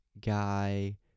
guy